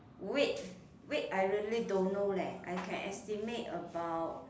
weight weight I really don't know leh I can estimate about